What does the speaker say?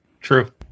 True